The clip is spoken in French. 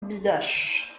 bidache